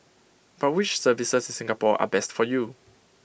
but which services in Singapore are best for you